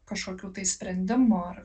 kažkokių tai sprendimų ar